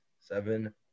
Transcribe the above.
seven